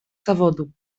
zawodu